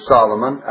Solomon